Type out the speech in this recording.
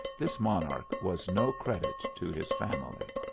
this monarch was no credit to his family.